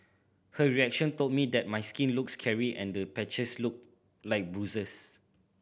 her reaction told me that my skin looked scary and the patches looked like bruises